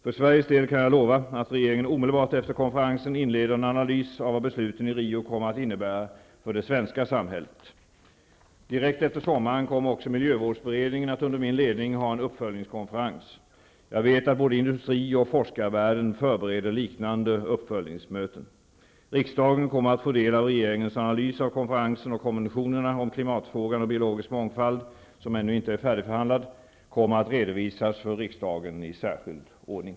För Sveriges del kan jag lova att regeringen omedelbart efter konferensen skall inleda en analys av vad besluten i Rio kommer att innebära för det svenska samhället. Direkt efter sommaren kommer också miljövårdsberedningen att under min ledning ha en uppföljningskonferens. Jag vet att både industri och forskarvärlden förbereder liknande uppföljningsmöten. Riksdagen kommer att få ta del av regeringens analys av konferensen. Konventionerna om klimatfrågan och om biologisk mångfald, som ännu inte är färdigbehandlad, kommer att redovisas för riksdagen i särskild ordning.